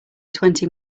twenty